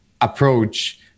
approach